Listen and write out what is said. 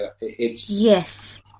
Yes